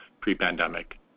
pre-pandemic